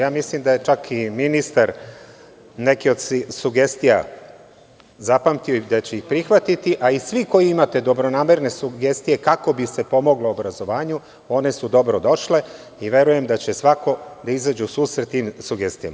Ja mislim da je čak i ministar neke od sugestija zapamtio i da će ih prihvatiti, a i svi koji imate dobronamerne sugestije, kako bi se pomoglo obrazovanju, one su dobro došle i verujem da će svako da izađe u susret tim sugestijama.